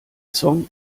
song